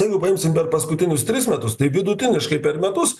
jeigu paimsim per paskutinius tris metus vidutiniškai per metus